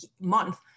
month